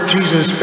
Jesus